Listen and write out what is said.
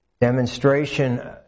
demonstration